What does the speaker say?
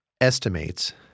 estimates